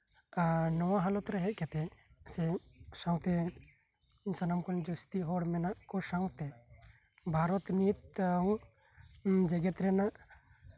ᱟᱨ ᱱᱚᱶᱟ ᱦᱟᱞᱚᱛ ᱨᱮ ᱦᱮᱡ ᱠᱟᱛᱮ ᱥᱮ ᱥᱟᱶᱛᱮ ᱥᱟᱱᱟᱢ ᱠᱷᱚᱱ ᱡᱟᱥᱛᱤ ᱦᱚᱲ ᱢᱮᱱᱟᱜ ᱠᱚ ᱥᱟᱶᱛᱮ ᱵᱷᱟᱨᱚᱛ ᱢᱤᱫ ᱴᱟᱝ ᱡᱮᱜᱮᱫ ᱨᱮᱱᱟᱜ